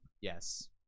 Yes